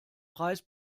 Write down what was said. preis